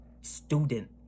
student